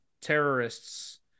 terrorists